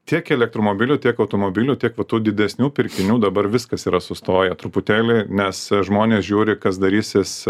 tiek elektromobilių tiek automobilių tiek va tų didesnių pirkinių dabar viskas yra sustoję truputėlį nes žmonės žiūri kas darysis